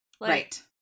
Right